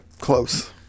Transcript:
Close